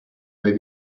may